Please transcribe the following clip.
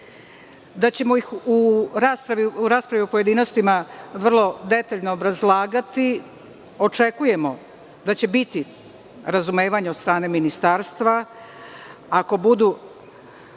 da ćemo ih u raspravi u pojedinostima vrlo detaljno obrazlagati. Očekujemo da će biti razumevanja od strane Ministarstva. Ako budu